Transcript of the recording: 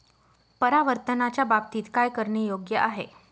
परावर्तनाच्या बाबतीत काय करणे योग्य आहे